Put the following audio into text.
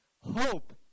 Hope